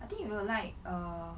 I think you will like err